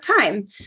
time